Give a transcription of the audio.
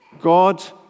God